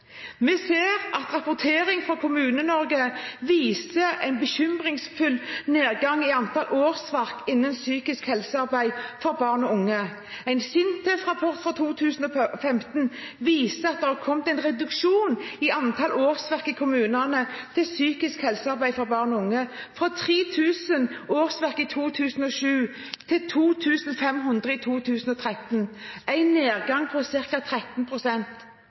Vi ser at rapportering fra Kommune-Norge viser en bekymringsfull nedgang i antall årsverk innen psykisk helsearbeid for barn og unge. En SINTEF-rapport fra 2015 viser at det har vært en reduksjon i antall årsverk i kommunene til psykisk helsearbeid for barn og unge, fra ca. 3 000 årsverk i 2007 til ca. 2 500 i 2013, en nedgang på